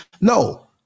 No